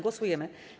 Głosujemy.